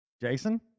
Jason